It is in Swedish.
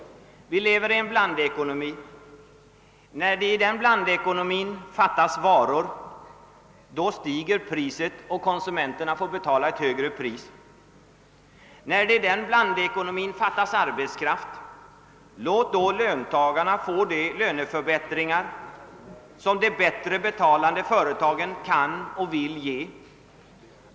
Vi lever i en blandekonomi. När det i den blandekonomin fattas varor, stiger priset. Konsumenterna får betala ett högre pris. När det i den blandekonomin fattas arbetskraft säger jag: Låt då löntagarna få de löneförbättringar som de bättre betalande företagen kan ge och vill ge!